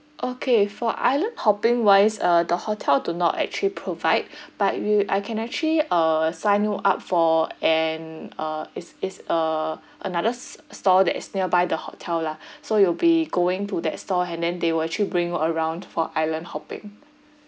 okay for island hopping wise uh the hotel do not actually provide but we I can actually uh sign you up for an uh it's it's a another store that is nearby the hotel lah so you'll be going to that store and then they will actually bring you around for island hopping